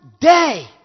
day